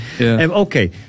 Okay